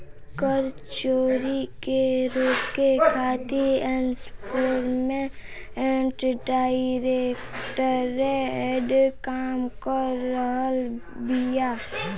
कर चोरी के रोके खातिर एनफोर्समेंट डायरेक्टरेट काम कर रहल बिया